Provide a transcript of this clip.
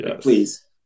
please